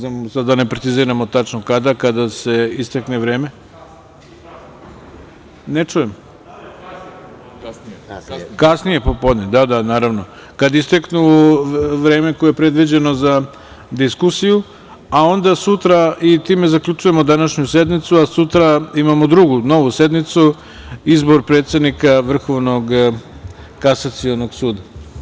Da ne preciziram sada tačno. (Aleksandar Martinović: Kasnije popodne.) Da, naravno, kada istekne vreme koje je predviđeno za diskusiju, a onda sutra, i time zaključujemo današnju sednicu, sutra imamo drugu, novu sednicu izbor predsednika Vrhovnog kasacionog suda.